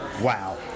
Wow